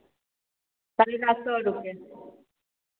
करैला सए रुपैए